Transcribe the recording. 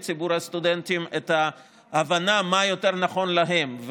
ציבור הסטודנטים את ההבנה מה יותר נכון להם,